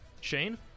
Shane